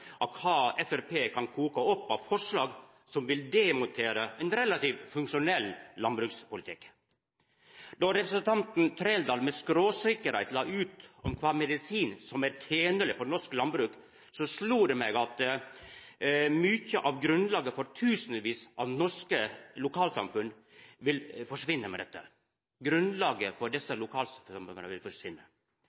av kva Framstegspartiet kan koka opp av forslag som vil demontera ein relativt funksjonell landbrukspolitikk. Då representanten Trældal med skråsikkerheit la ut om kva slags medisin som er tenleg for norsk landbruk, slo det meg at mykje av grunnlaget for tusenvis av norske lokalsamfunn vil forsvinna med dette. Grunnlaget for desse lokalsamfunna vil